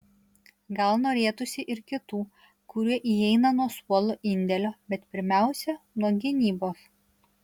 gal norėtųsi ir kitų kurie įeina nuo suolo indėlio bet pirmiausia nuo gynybos